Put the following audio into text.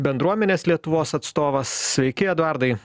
bendruomenės lietuvos atstovas sveiki eduardai